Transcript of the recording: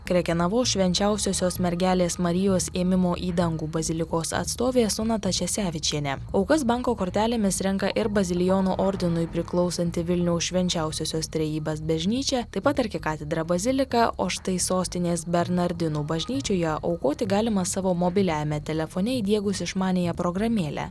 krekenavos švenčiausiosios mergelės marijos ėmimo į dangų bazilikos atstovė sonata česevičienė aukas banko kortelėmis renka ir bazilijonų ordinui priklausanti vilniaus švenčiausiosios trejybės bažnyčia taip pat arkikatedra bazilika o štai sostinės bernardinų bažnyčioje aukoti galima savo mobiliajame telefone įdiegus išmaniąją programėlę